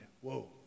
Whoa